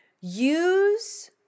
use